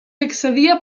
accedia